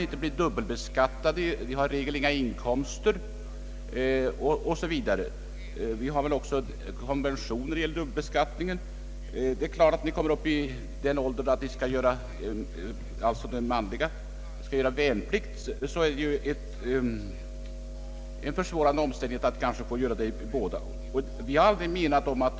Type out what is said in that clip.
Barn har t.ex. i regel inga inkomster och blir därför inte dubbelbeskattade. Vi har ju också konventioner med många länder när det gäller dubbelbeskattningen. När pojkarna kommer upp i den åldern att de skall göra värnplikt, är det naturligtvis en försvårande omständighet om de får göra den i båda länderna.